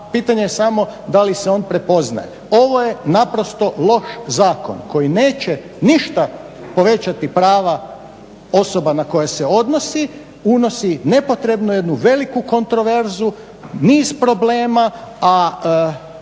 pitanje je samo da li se on prepoznaje. Ovo je naprosto loš zakon koji neće ništa povećati prava osoba na koje se odnosi, unosi nepotrebnu jednu veliku kontroverzu, niz problema, a